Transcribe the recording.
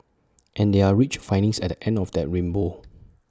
and there are rich findings at the end of that rainbow